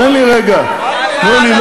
תן לי רגע, תן לי.